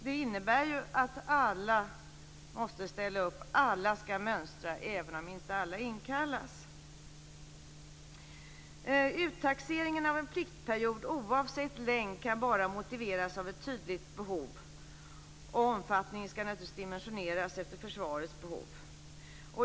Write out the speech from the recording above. Det innebär att alla måste ställa upp och att alla ska mönstra även om inte alla inkallas. Uttaxeringen av en pliktperiod, oavsett längd, kan bara motiveras av ett tydligt behov. Omfattningen ska naturligtvis dimensioneras efter försvarets behov.